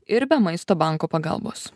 ir be maisto banko pagalbos